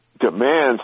demands